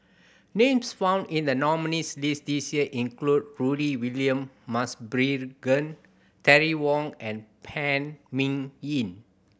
names found in the nominees' list this year include Rudy William Mosbergen Terry Wong and Phan Ming Yen